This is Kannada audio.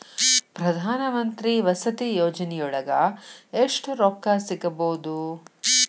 ಪ್ರಧಾನಮಂತ್ರಿ ವಸತಿ ಯೋಜನಿಯೊಳಗ ಎಷ್ಟು ರೊಕ್ಕ ಸಿಗಬೊದು?